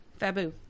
Fabu